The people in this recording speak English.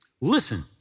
listen